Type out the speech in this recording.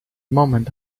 moment